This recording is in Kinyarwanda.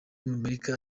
amerika